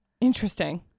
Interesting